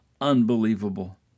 unbelievable